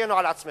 ותגנו על עצמכם.